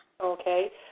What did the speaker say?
Okay